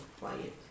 quiet